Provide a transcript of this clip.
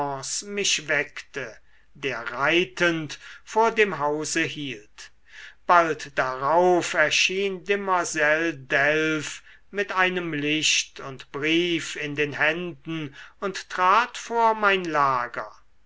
mich weckte der reitend vor dem hause hielt bald darauf erschien demoiselle delph mit einem licht und brief in den händen und trat vor mein lager